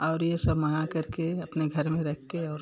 और ये सब मँगा करके अपने घर में रख कर और